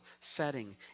setting